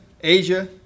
Asia